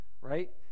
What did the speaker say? right